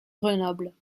grenoble